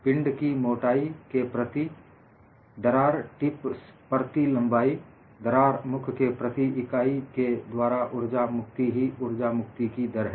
पिंड की मोटाई के प्रति दरार टिप्स प्रति लंबाई दरार मुख के प्रति इकाई के द्वारा उर्जा मुक्ति ही उर्जा मुक्ति की दर है